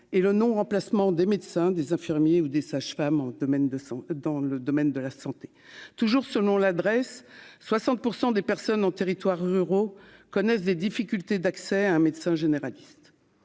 et le non-remplacement des médecins, des infirmiers ou des sages-femmes au domaine de sang dans le domaine de la santé, toujours selon l'adresse 60 pour 100 des personnes en territoires ruraux connaissent des difficultés d'accès à un médecin généraliste,